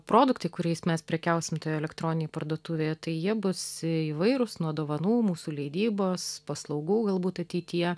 produktai kuriais mes prekiausim toj elektroninėj parduotuvėje tai jie bus įvairūs nuo dovanų mūsų leidybos paslaugų galbūt ateityje